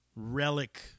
relic